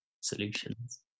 Solutions